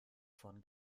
von